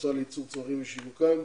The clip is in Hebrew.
המועצה לייצור צמחים ולשיווקם,